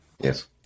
Yes